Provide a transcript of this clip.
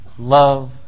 Love